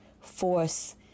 force